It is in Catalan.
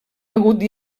agut